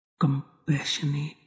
compassionate